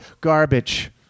Garbage